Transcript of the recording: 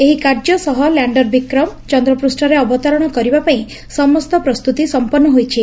ଏହି କାର୍ଯ୍ୟ ସହ ଲ୍ୟାଣ୍ଡର୍ ବିକ୍ରମ ଚନ୍ଦ୍ରପୂଷରେ ଅବତରଣ କରିବାପାଇଁ ସମସ୍ତ ପ୍ରସ୍ତତି ସମ୍ମନ୍ ହୋଇଛି